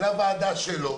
לוועדה שלו